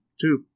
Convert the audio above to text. Two